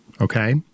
Okay